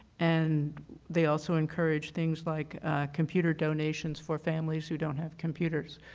and they also encourage things like computer donations for families who don't have computers.